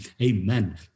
Amen